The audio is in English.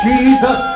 Jesus